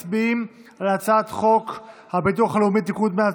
אנחנו מצביעים על הצעת חוק הביטוח הלאומי (תיקון,